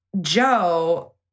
Joe